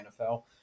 NFL